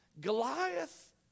Goliath